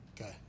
Okay